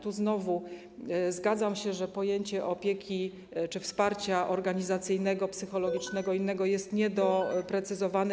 Tu znowu zgadzam się, że pojęcie opieki czy wsparcia organizacyjnego, psychologicznego lub innego jest niedoprecyzowane.